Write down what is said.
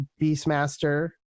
Beastmaster